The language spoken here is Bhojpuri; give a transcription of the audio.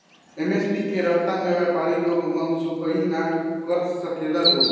एम.एस.पी के रहता में व्यपारी लोग मनसोखइ ना कर सकेला लोग